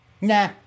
Nah